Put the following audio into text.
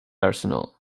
arsenal